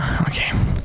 Okay